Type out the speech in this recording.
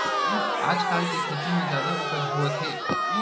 आजकाल के खेती म जादा उपज होवत हे